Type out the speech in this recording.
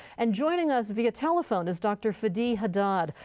and joining us via telephone is dr. fadi haddad,